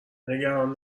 نگران